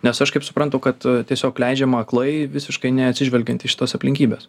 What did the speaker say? nes aš kaip suprantu kad tiesiog leidžiama aklai visiškai neatsižvelgiant į šitas aplinkybes